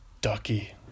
ducky